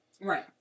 Right